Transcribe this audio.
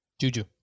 Juju